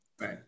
right